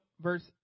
verse